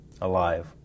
alive